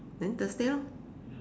then Thursday orh